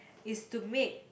is to make